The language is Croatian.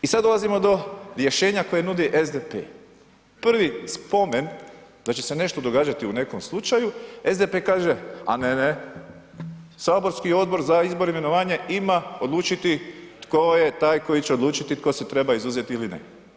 I sada dolazimo do rješenja koje nudi SDP, prvi spomen da će se nešto događati u nekom slučaju SDP kaže, a ne, ne, saborski Odbor za izbor i imenovanje ima odlučiti tko je taj koji će odlučiti tko se treba izuzeti ili ne.